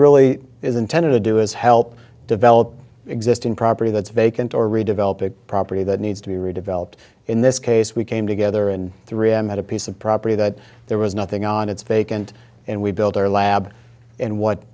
really is intended to do is help develop existing property that's vacant or redevelop a property that needs to be redeveloped in this case we came together and three m had a piece of property that there was nothing on its vacant and we built our lab and what